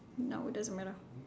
now it doesn't matter